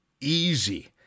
easy